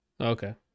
Okay